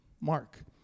Mark